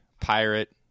pirate